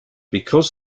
because